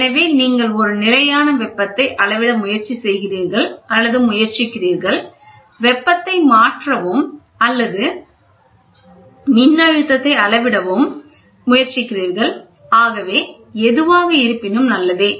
எனவே நீங்கள் ஒரு நிலையான வெப்பத்தை அளவிட முயற்சி செய்கிறீர்கள் அல்லது முயற்சிக்கிறீர்கள் வெப்பத்தை மாற்றவும் அல்லது மின்னழுத்தத்தை அளவிடவும் முயற்சிக்கிறீர்கள் ஆகவே எதுவாக இருப்பினும் நல்லதே